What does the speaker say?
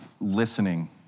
listening